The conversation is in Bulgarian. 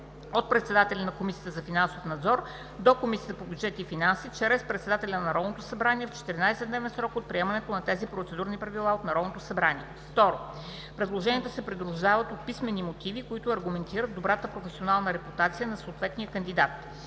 от председателя на Комисията за финансов надзор до Комисията по бюджет и финанси чрез председателя на Народното събрание в 14-дневен срок от приемането на тези процедурни правила от Народното събрание. 2. Предложенията се придружават от писмени мотиви, които аргументират добрата професионална репутация на съответния кандидат.